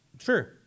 Sure